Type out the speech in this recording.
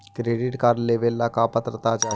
Credit card लेवेला का पात्रता चाही?